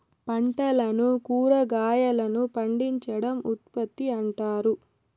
పంటలను కురాగాయలను పండించడం ఉత్పత్తి అంటారు